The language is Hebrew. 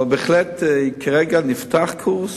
אבל בהחלט כרגע נפתח קורס,